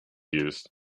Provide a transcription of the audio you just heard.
used